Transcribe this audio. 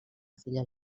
filla